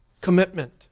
commitment